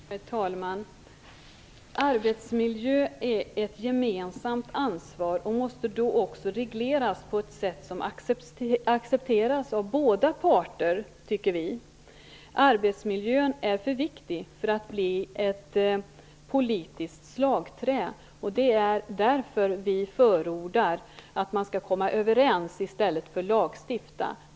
Herr talman! Arbetsmiljön är ett gemensamt ansvar och måste då också regleras på ett sätt som accepteras av båda parter, tycker vi. Frågan om arbetsmiljön är för viktig för att bli ett politiskt slagträ. Det är därför vi förordar att man skall komma överens i stället för att lagstifta.